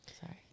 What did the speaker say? sorry